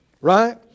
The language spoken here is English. right